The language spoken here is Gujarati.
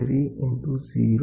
03 ઈંટુ 0